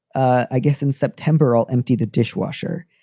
i guess in september, all empty the dishwasher.